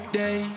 day